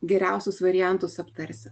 geriausius variantus aptarsim